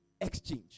Exchange